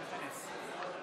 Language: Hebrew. לו.